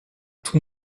tout